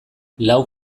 lau